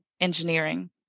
engineering